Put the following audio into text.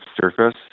surface